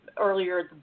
earlier